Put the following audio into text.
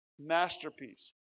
masterpiece